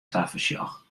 tafersjoch